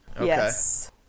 Yes